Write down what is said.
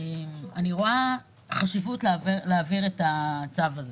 אני רואה חשיבות להעביר את הצו הזה,